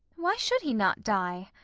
why should he not die?